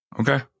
Okay